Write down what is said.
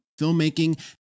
Filmmaking